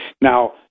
Now